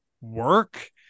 work